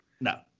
No